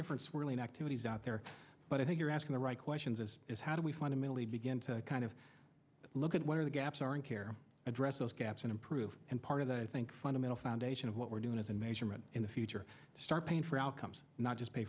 different swirly activities out there but i think you're asking the right questions is is how do we fundamentally begin to kind of look at where the gaps are and care address those gaps and improve and part of the i think fundamental foundation of what we're doing as a measurement in the future start paying for outcomes not just pay